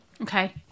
Okay